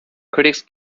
critics